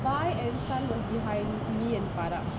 boy and sun was behind me and paara